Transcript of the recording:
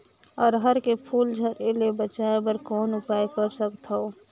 अरहर के फूल झरे ले बचाय बर कौन उपाय कर सकथव?